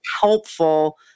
helpful